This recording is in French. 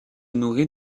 nourrit